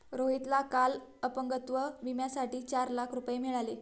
रोहितला काल अपंगत्व विम्यासाठी चार लाख रुपये मिळाले